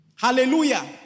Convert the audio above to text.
Hallelujah